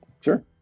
sure